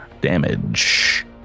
damage